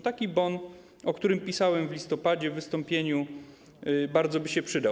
Taki bon, o którym pisałem w listopadzie w wystąpieniu, bardzo by się przydał.